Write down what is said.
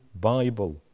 Bible